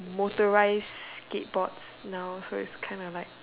motorized skateboards now so it's kind of like